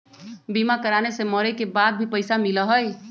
बीमा कराने से मरे के बाद भी पईसा मिलहई?